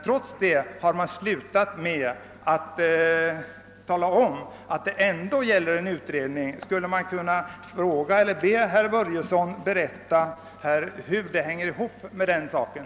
Trots detta har man till slut ändå förklarat att det gäller en utredning. Jag kanske får be herr Börjesson i Glömminge att berätta hur det hänger ihop med den saken.